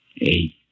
Eight